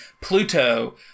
Pluto